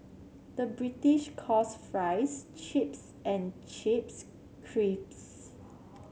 the British calls fries chips and chips